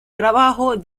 trabajo